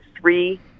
three